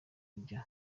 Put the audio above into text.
kujya